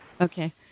Okay